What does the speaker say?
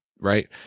right